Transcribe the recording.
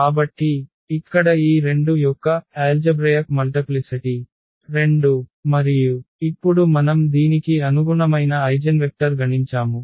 కాబట్టి ఇక్కడ ఈ 2 యొక్క బీజగణిత గుణకారం 2 మరియు ఇప్పుడు మనం దీనికి అనుగుణమైన ఐగెన్వెక్టర్ గణించాము